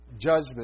judgment